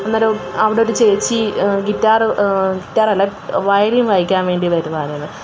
അന്നേരം അവിടെ ഒരു ചേച്ചി ഗിറ്റാറ് ഗിറ്റാർ അല്ല വയലിൻ വായിക്കാൻ വേണ്ടി വരുമായിരുന്നു